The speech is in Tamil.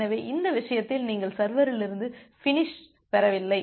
எனவே இந்த விஷயத்தில் நீங்கள் சர்வரிலிருந்து பினிஸ் பெறவில்லை